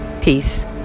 Peace